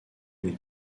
une